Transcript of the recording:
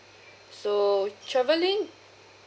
so travelling